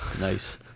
Nice